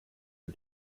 are